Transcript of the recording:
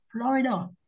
Florida